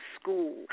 school